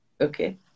Okay